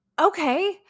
okay